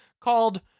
called